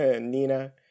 Nina